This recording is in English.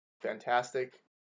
fantastic